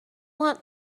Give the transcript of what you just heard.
want